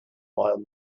while